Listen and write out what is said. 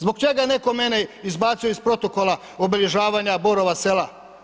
Zbog čega je neko mene izbacio iz protokola obilježavanja Borova Sela?